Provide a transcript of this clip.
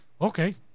Okay